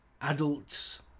adults